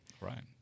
Right